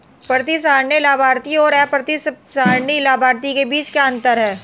प्रतिसंहरणीय लाभार्थी और अप्रतिसंहरणीय लाभार्थी के बीच क्या अंतर है?